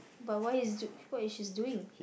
but why is what is she doing